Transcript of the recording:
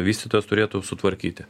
vystytojas turėtų sutvarkyti